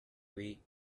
way